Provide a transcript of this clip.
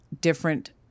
different